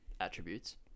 attributes